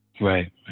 right